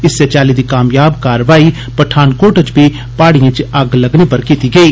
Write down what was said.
इस्सै चाल्ली दी कामयाब कारवाई पठानकोट च बी पहाडिएं च अग्ग लग्गने पर कीती गेई